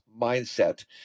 mindset